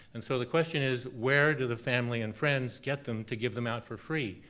and so the question is, where do the family and friends get them to give them out for free?